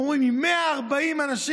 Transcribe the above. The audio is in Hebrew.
איך אומרים, עם 140 אנשים.